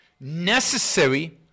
necessary